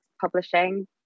publishing